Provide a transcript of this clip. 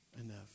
enough